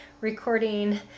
recording